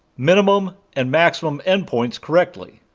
minimum, and maximum end points correctly.